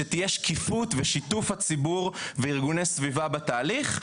שתהיה שקיפות ושיתוף הציבור וארגוני סביבה בתהליך,